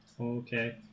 Okay